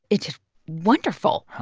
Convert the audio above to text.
it did wonderful.